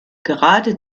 gerade